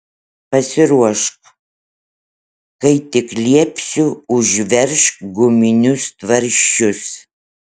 pasiruošk kai tik liepsiu užveržk guminius tvarsčius